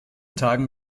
tagen